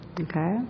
Okay